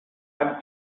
einem